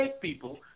people